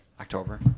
October